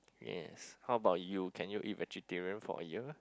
yes how about you can you eat vegetarian for a year